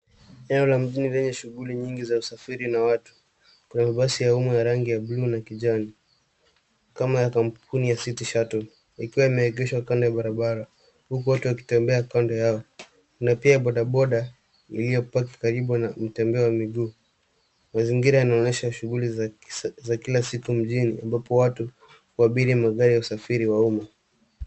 Eneo la mjini lenye shughuli nyingi za usafiri na watu. Kuna mabasi ya umma ya rangi ya buluu na kijani kama ya kampuni ya city shutle yakiwa yameegeshwa kando ya barabara huku watu wakitembea kando yao na pia bodaboda iliyopaki kando na mtembea wa miguu. Mazingira yanaonyesha shughuli za kila siku mjini ambapo watu huabiri magari ya usafiri wa umma.